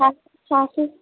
ꯁꯥꯁꯤ